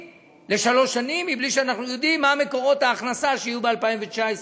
לשלוש שנים בלי שאנחנו יודעים מה מקורות ההכנסה שיהיו ב-2019.